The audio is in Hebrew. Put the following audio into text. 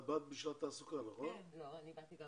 אנחנו חושבים שזו תוכנית ממש